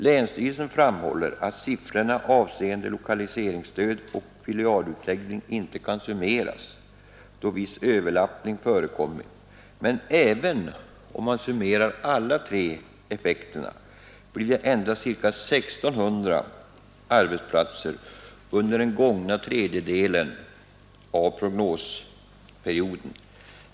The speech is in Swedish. Länsstyrelsen framhåller att siffrorna avseende lokaliseringsstöd och filialutläggning inte kan summeras, då viss överlappning förekommit, men även om man räknar med alla tre effekterna blir det ändå endast ca 1600 arbetsplatser under den gångna tredjedelen av prognosperioden.